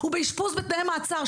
הוא באשפוז בתנאי מעצר.